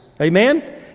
Amen